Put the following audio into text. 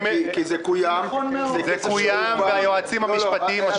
כי זה קוים והיועצים המשפטיים משכו את זה.